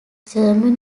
german